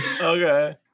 Okay